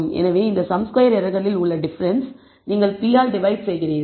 எனவே இந்த sum square எரர்களில் உள்ள டிஃபரன்ஸ்ஸை நீங்கள் p ஆல் டிவைட் செய்கிறீர்கள்